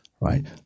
right